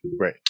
right